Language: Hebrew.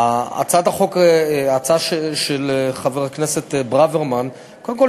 הצעת החוק של חבר הכנסת ברוורמן קודם כול